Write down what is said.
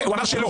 הוא אמר שלא.